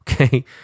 Okay